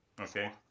Okay